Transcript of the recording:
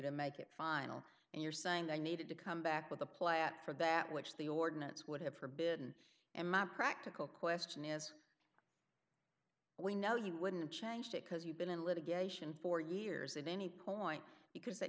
to make it final and you're saying they needed to come back with a play out for that which the ordinance would have forbidden and my practical question is we know you wouldn't change it because you've been in litigation for years at any point because th